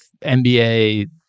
NBA